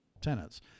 tenants